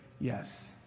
yes